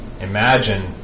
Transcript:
Imagine